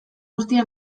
guztia